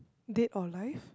dead or alive